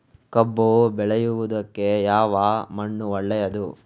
ಕಬ್ಬು ಬೆಳೆಯುವುದಕ್ಕೆ ಯಾವ ಮಣ್ಣು ಒಳ್ಳೆಯದು?